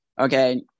Okay